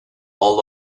all